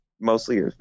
mostly